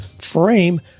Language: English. frame